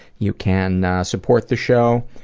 you can support the show,